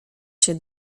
się